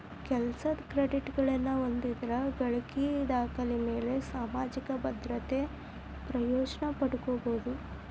ಕೆಲಸದ್ ಕ್ರೆಡಿಟ್ಗಳನ್ನ ಹೊಂದಿದ್ರ ಗಳಿಕಿ ದಾಖಲೆಮ್ಯಾಲೆ ಸಾಮಾಜಿಕ ಭದ್ರತೆ ಪ್ರಯೋಜನ ಪಡ್ಕೋಬೋದು